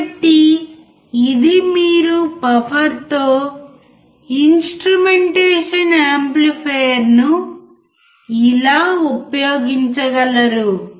కాబట్టి ఇది మీరు బఫర్తో ఇన్స్ట్రుమెంటేషన్ యాంప్లిఫైయర్ను ఇలా ఉపయోగించగలరు